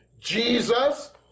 Jesus